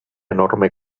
enorme